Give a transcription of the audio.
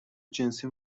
جنسی